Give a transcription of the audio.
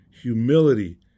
humility